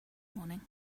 morning